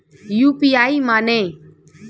UPI माने?